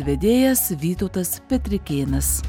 vedėjas vytautas petrikėnas